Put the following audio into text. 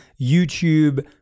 YouTube